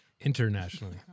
Internationally